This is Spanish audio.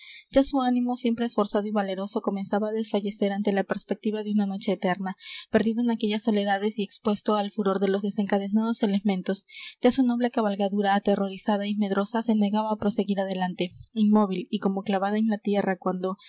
ya su ánimo siempre esforzado y valeroso comenzaba á desfallecer ante la perspectiva de una noche eterna perdido en aquellas soledades y expuesto al furor de los desencadenados elementos ya su noble cabalgadura aterrorizada y medrosa se negaba á proseguir adelante inmóvil y como clavada en la tierra cuando